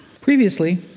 Previously